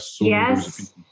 Yes